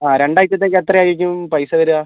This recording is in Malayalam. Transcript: അതെ രണ്ട് ആഴ്ചത്തേക്ക് എത്ര ആയിരിക്കും പൈസ വരിക